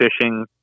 fishing